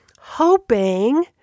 hoping